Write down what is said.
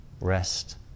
rest